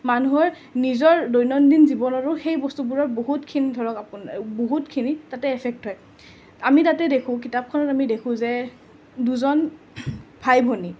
মানুহৰ নিজৰ দৈনন্দিন জীৱনৰো সেই বস্তুবোৰৰ বহুতখিনি ধৰক আপোনাৰ বহুতখিনি তাতে এফেক্ট হয় আমি তাতে দেখোঁ কিতাপখনত আমি দেখোঁ যে দুজন ভাই ভনী